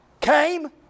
came